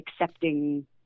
accepting